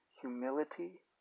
humility